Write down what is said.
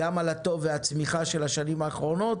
גם על הטוב ועל הצמיחה של השנים האחרונות